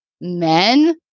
men